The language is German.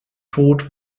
tod